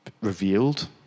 revealed